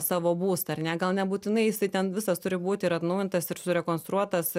savo būstą ar ne gal nebūtinai jisai ten visas turi būti ir atnaujintas ir surekonstruotas